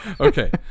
Okay